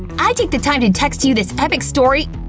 i take the time to text you this epic story!